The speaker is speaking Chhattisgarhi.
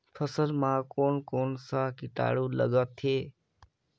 फसल मा कोन कोन सा कीटाणु लगथे?